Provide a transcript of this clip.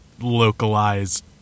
localized